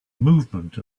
movement